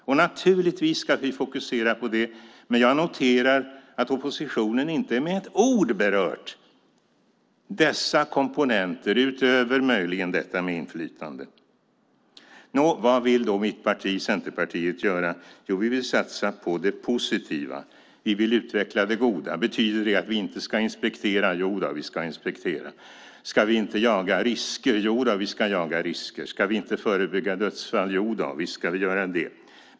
Vi ska naturligtvis fokusera på det. Men jag noterar att oppositionen inte med ett ord berört dessa komponenter, utöver möjligen detta med inflytande. Vad vill då mitt parti, Centerpartiet, göra? Jo, vi vill satsa på det positiva. Vi vill utveckla det goda. Betyder det att vi inte ska inspektera? Nej, vi ska inspektera. Ska vi inte jaga risker? Jodå, vi ska jaga risker. Ska vi inte förebygga dödsfall? Jodå, visst ska vi göra det.